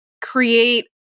create